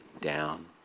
down